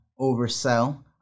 oversell